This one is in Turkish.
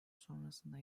sonrasında